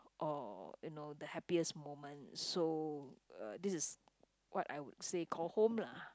or you know the happiest moment so uh this is what I would say call home lah